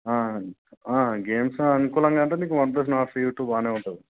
అన్ games అనుకూలంగా అంటే మీకు OnePlus Nord CE two బాగానే ఉంటుంది